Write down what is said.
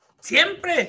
Siempre